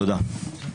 תודה.